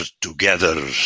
together